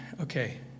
Okay